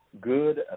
good